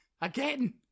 again